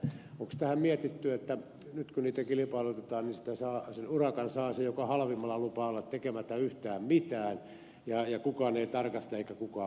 onko tähän mietitty että nyt kun niitä kilpailutetaan sen urakan saa se joka halvimmalla lupaa olla tekemättä yhtään mitään ja kukaan ei tarkasta eikä kukaan valvo